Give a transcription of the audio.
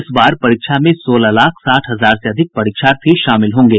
इस बार परीक्षा में सोलह लाख साठ हजार से अधिक परीक्षार्थी शामिल होंगे